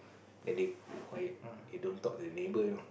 and they quiet they don't talk to the neighbour you know